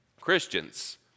Christians